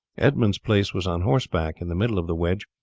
edmund's place was on horseback in the middle of the wedge,